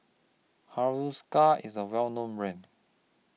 Hiruscar IS A Well known Brand